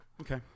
okay